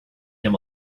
him